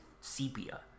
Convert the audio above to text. sepia